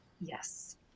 Yes